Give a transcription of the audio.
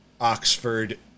Oxford